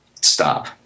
Stop